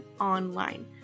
online